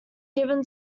given